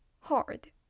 hard